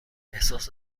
احساس